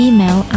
Email